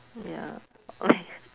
ya